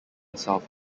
south